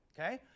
Okay